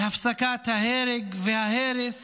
להפסקת ההרג וההרס